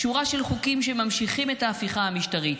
שורה של חוקים שממשיכים את ההפיכה המשטרית,